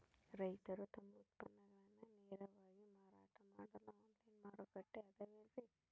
ರೈತರು ತಮ್ಮ ಉತ್ಪನ್ನಗಳನ್ನ ನೇರವಾಗಿ ಮಾರಾಟ ಮಾಡಲು ಆನ್ಲೈನ್ ಮಾರುಕಟ್ಟೆ ಅದವೇನ್ರಿ?